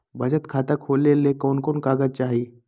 बचत खाता खोले ले कोन कोन कागज चाही?